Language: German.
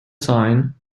sein